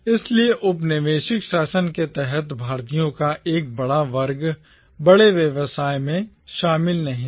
इसलिए औपनिवेशिक शासन के तहत भारतीयों का एक बड़ा वर्ग बड़े व्यवसाय में शामिल नहीं था